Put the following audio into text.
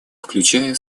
включая